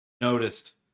noticed